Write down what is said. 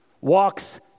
walks